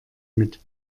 mit